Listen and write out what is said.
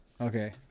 Okay